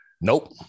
Nope